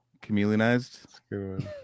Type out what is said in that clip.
Chameleonized